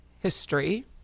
history